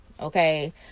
Okay